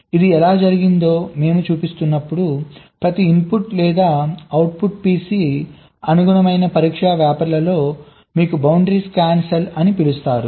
ఇది ఎలా జరిగిందో మేము చూపిస్తున్నప్పుడు ప్రతి ఇన్పుట్ లేదా అవుట్పుట్ పిన్ అనుగుణమైన పరీక్ష వ్రాపర్ర్లో మీకు బౌండరీ స్కాన్ సెల్ అని పిలుస్తారు